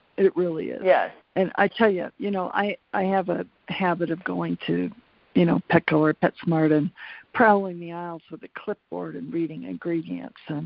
it really is. yeah and i tell ya, you know, i i have a habit of going to you know petco or petsmart and prowling the aisles with a clipboard and reading ingredients,